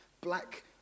black